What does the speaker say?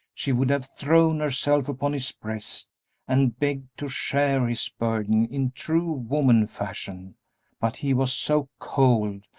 she would have thrown herself upon his breast and begged to share his burden in true woman fashion but he was so cold,